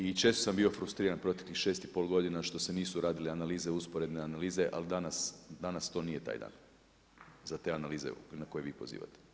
I često sam bio frustriran proteklih 6 i pol godina što se nisu radile analize, usporedne analize, ali danas to nije taj dan za te analize na koje vi pozivate.